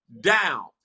down